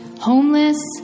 homeless